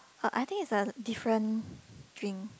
uh I think it's a different drink